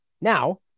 Now